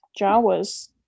Jawas